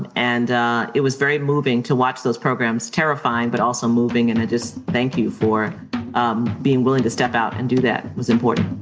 and and it was very moving to watch those programs, terrifying, but also moving and to just thank you for um being willing to step out and do that was important.